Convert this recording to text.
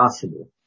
possible